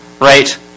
right